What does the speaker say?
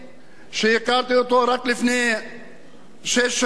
שהכרתי אותו רק לפני שש שנים,